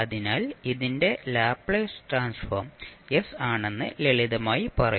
അതിനാൽ ഇതിന്റെ Laplace transform s ആണെന്ന് ലളിതമായി പറയും